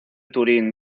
turín